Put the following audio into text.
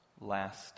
last